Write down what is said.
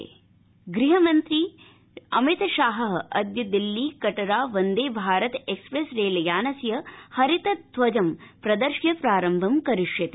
वन्देभारत रेलयानम् गृहमन्त्री अमित शाह अद्य दिल्ली कटरा वन्दे भारत एक्सप्रेस रेलयानस्य हरित ध्वजं प्रदर्श्य प्रारम्भं करिष्यति